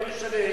לא משנה,